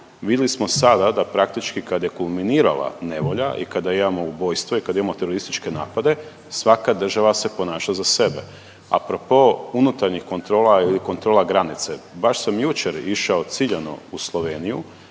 Vidli smo sada da praktički kad je kulminirala nevolja i kada imamo ubojstvo i kad imamo terorističke napade, svaka država se ponaša za sebe. Apropo unutarnjih kontrola ili kontrola granice, baš sam jučer išao ciljano u Sloveniju,